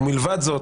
ומלבד זאת,